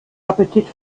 appetit